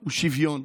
הוא שוויון.